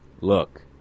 Look